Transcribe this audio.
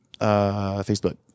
Facebook